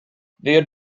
their